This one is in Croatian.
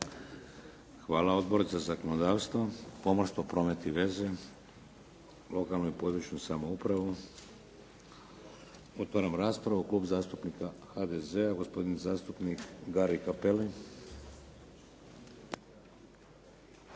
Hvala. Odbor za zakonodavstvo, pomorstvo, promet i veze, lokalnu i područnu samoupravu. Otvaram raspravu. Klub zastupnika HDZ-a, gospodin zastupnik Gari Cappelli.